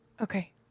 Okay